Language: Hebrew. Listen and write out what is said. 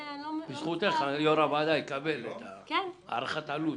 בזכותך יו"ר הוועדה יקבל את הערכת העלות.